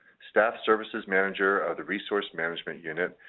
staff services manager of the resource management unit,